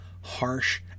harsh